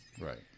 right